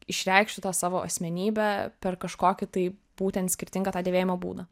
išreikštų tą savo asmenybę per kažkokį tai būtent skirtingą tą dėvėjimo būdą